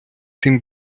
тим